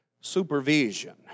supervision